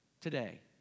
Today